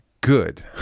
good